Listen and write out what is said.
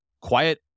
quiet